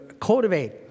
cultivate